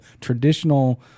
traditional